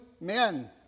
men